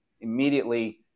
immediately